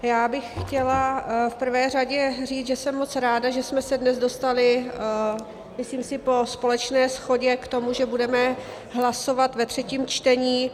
Já bych chtěla v prvé řadě říct, že jsem moc ráda, že jsme se dnes dostali, myslím si po společné shodě, k tomu, že budeme hlasovat ve třetím čtení.